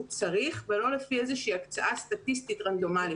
צריך ולא לפי איזושהי הקצאה סטטיסטית רנדומלית.